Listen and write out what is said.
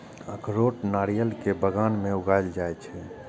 अखरोट नारियल के बगान मे उगाएल जाइ छै